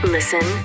Listen